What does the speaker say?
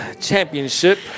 Championship